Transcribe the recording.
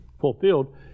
fulfilled